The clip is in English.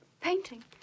painting